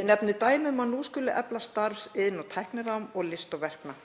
Ég nefni sem dæmi að nú skal efla starfs-, iðn- og tækninám og list- og verknám.